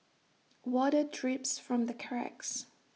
water drips from the cracks